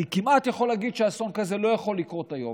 אני כמעט יכול להגיד שאסון כזה לא יכול לקרות היום.